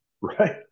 Right